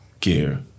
gear